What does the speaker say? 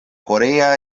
korea